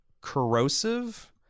corrosive